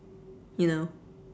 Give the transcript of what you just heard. you know